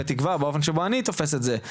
בתקווה באופן שבו אני תופס את זה,